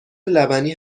لبنی